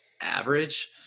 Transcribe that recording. average